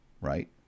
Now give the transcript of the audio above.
right